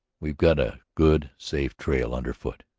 we've got a good, safe trail under foot.